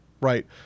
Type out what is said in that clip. right